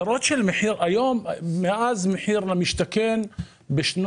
היום, מאז מחיר למשתכן בשנים